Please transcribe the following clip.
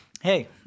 Hey